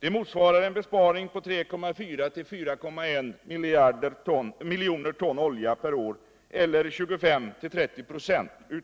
Det motsvarar en besparing på mellan 3.4 och 4.1 miljoner ton olja per år eller 25-30 96